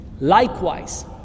Likewise